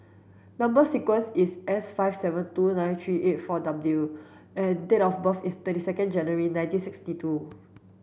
number sequence is S five seven two nine three eight four W and date of birth is twenty second January nineteen sixty two